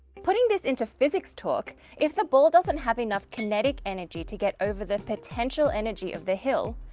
putting this into physics talk, if the ball doesn't have enough kinetic energy to get over the potential energy of the hill,